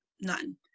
none